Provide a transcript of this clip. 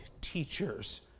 teachers